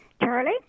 Charlie